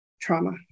trauma